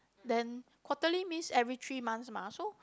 then quarterly means every three months mah so